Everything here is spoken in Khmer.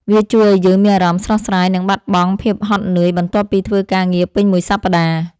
វាជួយឱ្យយើងមានអារម្មណ៍ស្រស់ស្រាយ និងបាត់បង់ភាពហត់នឿយបន្ទាប់ពីធ្វើការងារពេញមួយសប្តាហ៍។